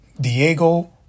Diego